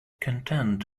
content